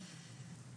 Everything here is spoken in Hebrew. בסדר, בסדר.